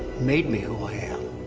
made me who i am.